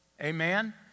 Amen